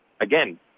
again